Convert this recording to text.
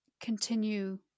continue